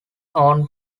own